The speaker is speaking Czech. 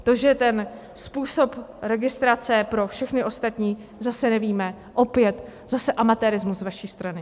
To, že způsob registrace pro všechny ostatní zase nevíme, opět zase amatérismus z vaší strany.